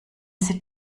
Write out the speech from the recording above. sie